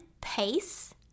pace